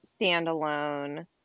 standalone